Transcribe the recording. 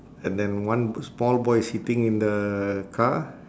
and then one small boy sitting in the car